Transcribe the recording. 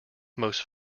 most